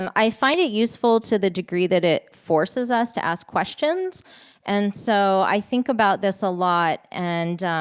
um i find it useful to the degree that it forces us to ask questions and so i think about this a lot and